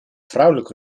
vrouwelijk